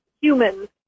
humans